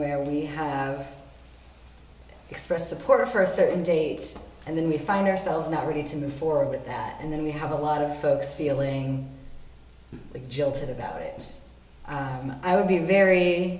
where we have expressed support for a certain date and then we find ourselves not ready to move forward with that and then we have a lot of folks feeling gjelten about it and i would be very